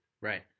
Right